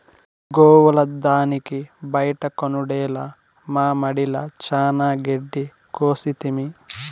గోవుల దానికి బైట కొనుడేల మామడిల చానా గెడ్డి కోసితిమి